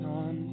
on